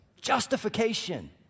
justification